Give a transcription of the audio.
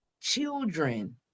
children